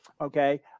okay